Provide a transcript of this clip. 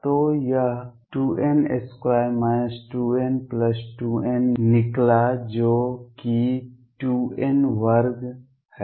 तो यह 2n2 2n2n निकला जो कि 2 n वर्ग है